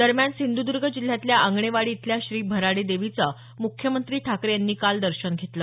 दरम्यान सिंधूदर्ग जिल्ह्यातल्या आंगणेवाडी इथंल्या श्री भराडी देवीचं मुख्यमंत्री ठाकरे यांनी दर्शन घेतलं